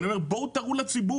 אני אומר: בואו תראו לציבור.